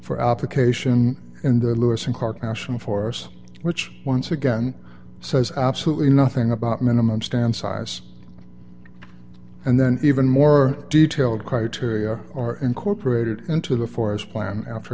for application in the lewis and clark national forests which once again says absolutely nothing about minimum stand size and then even more detailed criteria are incorporated into the forest plan after